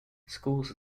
schools